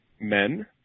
men